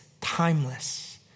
timeless